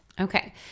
Okay